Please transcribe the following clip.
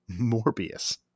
Morbius